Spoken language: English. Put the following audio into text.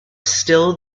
still